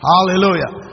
Hallelujah